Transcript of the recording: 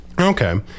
okay